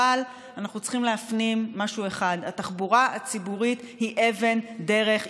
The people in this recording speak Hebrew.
אבל אנחנו צריכים להפנים משהו אחד: התחבורה הציבורית היא אבן דרך,